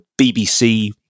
BBC